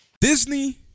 Disney